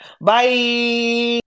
Bye